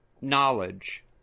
knowledge